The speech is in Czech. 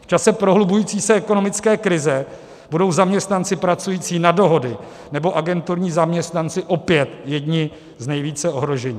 V čase prohlubující se ekonomické krize budou zaměstnanci pracující na dohody nebo agenturní zaměstnanci opět jedni z nejvíce ohrožených.